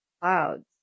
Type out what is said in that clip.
clouds